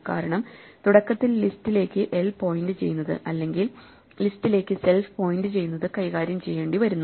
കാരണം തുടക്കത്തിൽ ലിസ്റ്റിലെക്ക് l പോയിന്റു ചെയ്യുന്നത് അല്ലെങ്കിൽ ലിസ്റ്റിലെക്ക് സെൽഫ് പോയിന്റു ചെയ്യുന്നത് കൈകാര്യം ചെയ്യേണ്ടിവരുന്നു